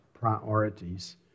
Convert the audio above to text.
priorities